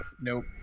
Nope